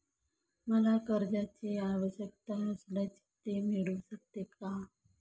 मला कर्जांची आवश्यकता असल्यास ते मिळू शकते का?